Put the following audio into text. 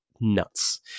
nuts